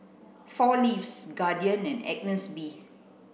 four Leaves Guardian and Agnes B